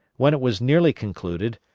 when it was nearly concluded,